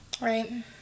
Right